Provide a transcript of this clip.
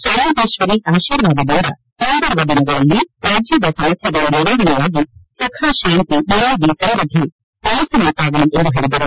ಚಾಮುಂಡೇಶ್ವರಿ ಆಶೀರ್ವಾದದಿಂದ ಮುಂಬರುವ ದಿನಗಳಲ್ಲಿ ರಾಜ್ಯದ ಸಮಸ್ಯೆಗಳು ನಿವಾರಣೆಯಾಗಿ ಸುಖ ಶಾಂತಿ ನೆಮ್ಮದಿ ಸಮ್ಬದ್ದಿ ನೆಲಸುವಂತಾಗಲಿ ಎಂದು ಹೇಳಿದರು